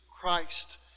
Christ